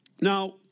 Now